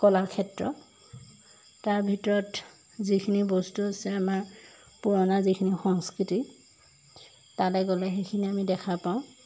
কলাক্ষেত্ৰ তাৰ ভিতৰত যিখিনি বস্তু আছে আমাৰ পুৰণা যিখিনি সংস্কৃতি তালৈ গ'লে সেইখিনি আমি দেখা পাওঁ